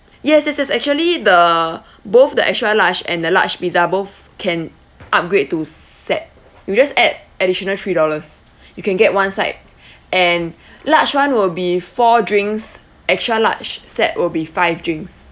yes yes yes actually the both the extra large and the large pizza both can upgrade to s~ set you just add additional three dollars you can get one side and large one will be four drinks extra large set will be five drinks